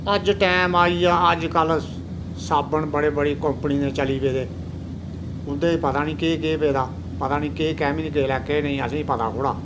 अज्ज टैम आई गेआ अज्ज कल्ल साबन बड़े बड़ी कंपनी दे चली पेदे उंदे च पता नी केह् केह् पेदा पता नी केह् कैमिकल ऐ केह् असेंगी पता होड़ा